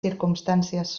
circumstàncies